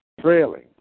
trailing